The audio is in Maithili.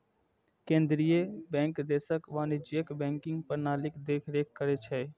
केंद्रीय बैंक देशक वाणिज्यिक बैंकिंग प्रणालीक देखरेख करै छै